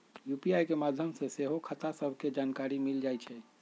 UPI के माध्यम से सेहो खता सभके जानकारी मिल जाइ छइ